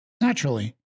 naturally